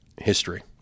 history